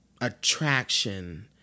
attraction